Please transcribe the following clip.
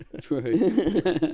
True